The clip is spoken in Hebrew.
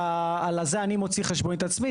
ועל זה אני מוציא חשבונית בעצמי.